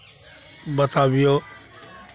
बताबियौ